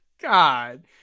God